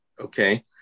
Okay